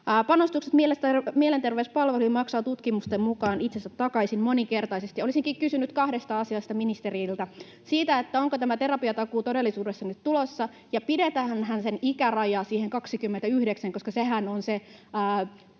Panostukset mielenterveyspalveluihin maksavat tutkimusten mukaan itsensä takaisin moninkertaisesti. Olisinkin kysynyt kahdesta asiasta ministeriltä: onko tämä terapiatakuu todellisuudessa nyt tulossa, ja pidetäänhän sen ikäraja siinä 29:ssä, koska sehän on se